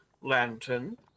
lantern